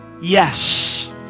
Yes